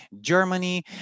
Germany